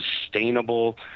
sustainable